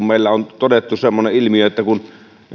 meillä on todettu semmoinen ilmiö että kun